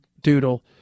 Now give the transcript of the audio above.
Doodle